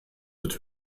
wird